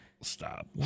stop